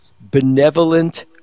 benevolent